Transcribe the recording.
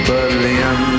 Berlin